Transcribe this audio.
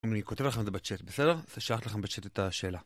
אני כותב לכם את זה בצ'ט, בסדר? אז אני אשלח לכם בצ'ט את השאלה.